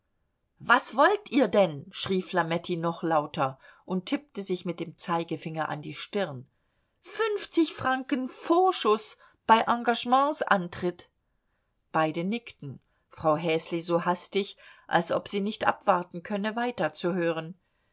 was wollt ihr denn schrie flametti noch lauter und tippte sich mit dem zeigefinger an die stirn fünfzig franken vorschuß bei engagementsantritt beide nickten frau häsli so hastig als ob sie nicht abwarten könne weiter